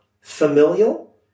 familial